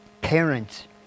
Parents